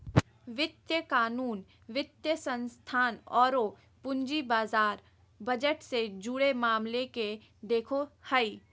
वित्तीय कानून, वित्तीय संस्थान औरो पूंजी बाजार बजट से जुड़े मामले के देखो हइ